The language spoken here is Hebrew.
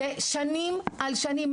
זה שנים על שנים.